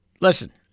listen